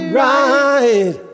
right